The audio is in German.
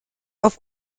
auf